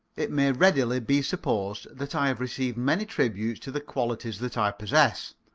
it may readily be supposed that i have received many tributes to the qualities that i possess.